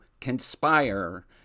conspire